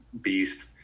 beast